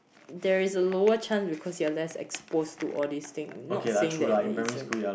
there is a lower chance because you're less exposed to all these thing not saying that there isn't